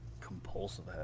compulsive